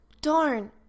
Darn